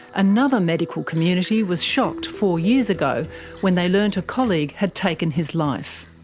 another medical community was shocked four years ago when they learnt a colleague had taken his life.